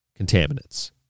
contaminants